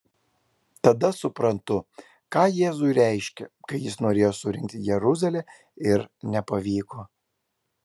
tada suprantu ką jėzui reiškė kai jis norėjo surinkti jeruzalę ir nepavyko